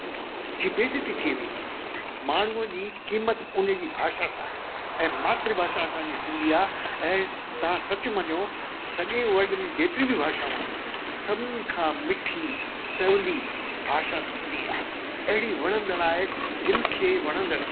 जी बेज़ती थी वेंदी माण्हूअ जी कीमत हुन जी भाषा सां आहे ऐं मातृभाषा असांजी सिंधी आहे ऐं तव्हां सच मञियो सॼे वल्ड में जेतरी बि भाषाऊं आहिनि सभिनीयुनि खां मिठी सहोली भाषा सिंधी आहे अहिड़ी वणंदड़ु आहे दिलि खे वणंदड़ु